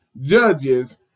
judges